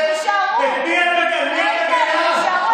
אבל אני שואלת אם הם יישארו.